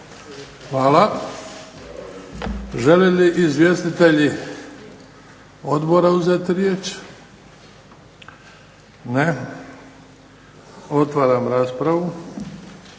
Hvala. Žele li izvjestitelji odbora uzeti riječ? Ne. Otvaram raspravu.